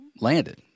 landed